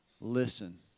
listen